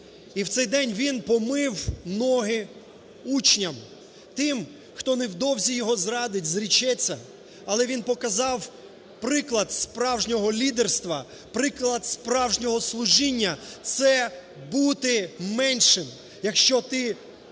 І в цей день він помив ноги учням, тим, хто невдовзі його зрадить, зречеться. Але він показав приклад справжнього лідерства, приклад справжнього служіння – це бути меншим. Якщо ти